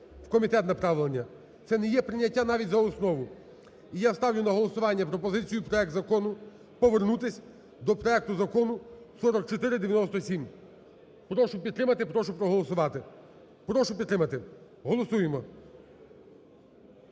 в комітет направлення, це не є прийняття навіть за основу. І я ставлю на голосування пропозицію, проект Закону, повернутись до проекту Закону 4497. Прошу підтримати, прошу проголосувати. Прошу підтримати. Голосуємо.